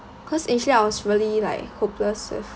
cause actually I was really like hopeless with